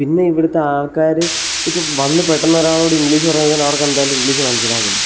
പിന്നെ ഇവിടുത്തെ ആൾക്കാർ ഇപ്പം വന്ന് പെട്ടെന്നൊരാളോട് ഇംഗ്ലീഷ് പറഞ്ഞുകഴിഞ്ഞാൽ അവർക്കെന്തായാലും ഇംഗ്ലീഷ് മനസ്സിലാകത്തില്ല